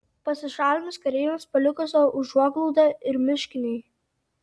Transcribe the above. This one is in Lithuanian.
pasišalinus kareiviams paliko savo užuoglaudą ir miškiniai